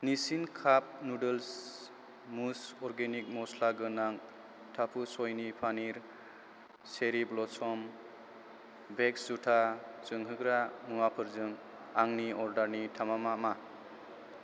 Nissin cup noodles मुज organic masala गोनां tofu सयनि पनिर चेरि ब्ल'सम वेक्स जुता जोंहोग्रा मुवाफोरजों आंनि अर्डारनि थामाना मा